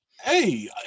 Hey